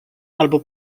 albo